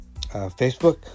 Facebook